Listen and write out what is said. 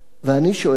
ואני שואל: